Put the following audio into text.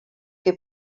que